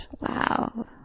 Wow